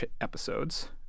episodes